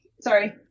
sorry